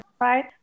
right